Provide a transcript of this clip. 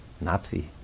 Nazi